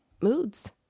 moods